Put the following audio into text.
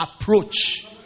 approach